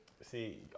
see